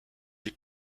est